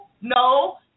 no